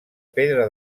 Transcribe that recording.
pedra